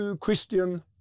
Christian